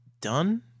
done